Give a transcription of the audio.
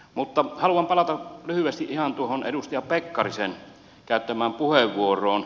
mutta haluan palata lyhyesti ihan tuohon edustaja pekkarisen käyttämään puheenvuoroon